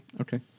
Okay